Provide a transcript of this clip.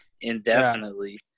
indefinitely